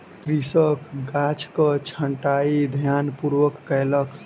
कृषक गाछक छंटाई ध्यानपूर्वक कयलक